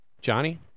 Johnny